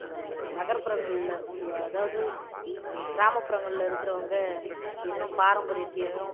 நகர்ப்புறங்களில் உ அதாவது கிராமப்புறங்களில் இருக்கிறவங்க இன்னும் பாரம்பரியத்தியையும்